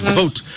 vote